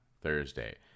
thursday